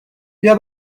بیا